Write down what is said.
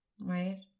Right